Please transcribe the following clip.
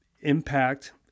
Impact